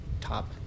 top